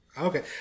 Okay